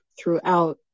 throughout